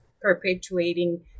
perpetuating